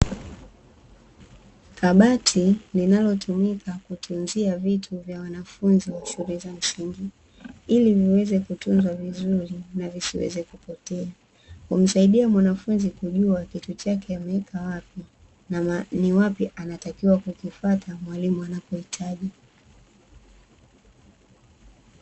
Kabati linalotumika kutunzia vitu vya wanafunzi wa shule za msingi, ili viweze kutunzwa vizuri na visiweze kupotea. Humsaidia mwanafunzi kujua kitu chake ameweka wapi na ni wapi anatakiwa kukifuata mwalimu anapohitaji.